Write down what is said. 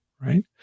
right